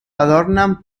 adornan